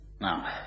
Now